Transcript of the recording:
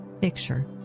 picture